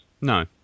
No